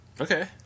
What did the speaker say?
Okay